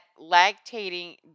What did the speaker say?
lactating